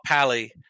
pally